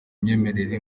imyemerere